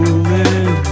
Moving